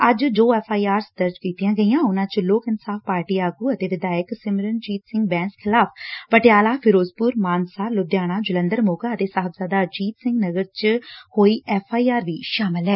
ੱੱਜ ਜੋ F I Rs ਦਰਜ ਕੀਤੀਆਂ ਗਈਆਂ ਉਨਾਂ ਚ ਲੋਕ ਇਨਸਾਫ਼ ਪਾਰਟੀ ਆਗੁ ਅਤੇ ਵਿਧਾਇਕ ਸਿਮਰਜੀਤ ਸਿੰਘ ਬੈਸ ਖਿਲਾਫ਼ ਪਟਿਆਲਾ ਫਿਰੋਜ਼ਪੁਰ ਮਾਨਸਾ ਲੁਧਿਆਣਾ ਜਲੰਧਰ ਮੋਗਾ ਅਤੇ ਸਾਹਿਬਜ਼ਾਦਾ ਅਜੀਤ ਸਿੰਘ ਨਗਰ ਚ ਹੋਈ ਐਫ਼ ਆਈ ਆਰ ਵੀ ਸ਼ਾਮਲ ਐ